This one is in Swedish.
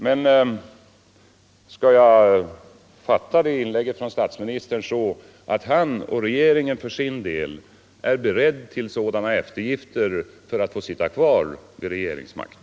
Men skall jag fatta inlägget från statsministern så att han och regeringen är beredda till sådana eftergifter för att få sitta kvar vid regeringsmakten?